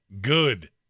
Good